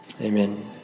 Amen